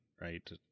right